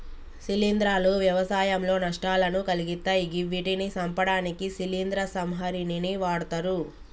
శిలీంద్రాలు వ్యవసాయంలో నష్టాలను కలిగిత్తయ్ గివ్విటిని సంపడానికి శిలీంద్ర సంహారిణిని వాడ్తరు